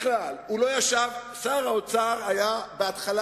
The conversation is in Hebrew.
ברשות יושבת-ראש הישיבה, הנני מתכבד